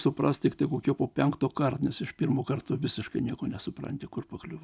suprast tiktai po penkto kart nes iš pirmo karto visiškai nieko nesupranti kur pakliuvai